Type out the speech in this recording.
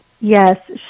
Yes